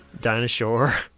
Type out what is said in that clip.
Dinosaur